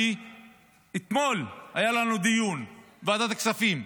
אתמול היה לנו דיון בוועדת הכספים,